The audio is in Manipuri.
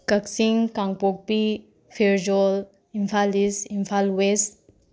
ꯀꯛꯆꯤꯡ ꯀꯥꯡꯄꯣꯛꯄꯤ ꯐꯦꯔꯖꯣꯜ ꯏꯝꯐꯥꯜ ꯏꯁ ꯏꯝꯐꯥꯜ ꯋꯦꯁ